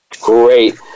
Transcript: Great